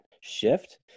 shift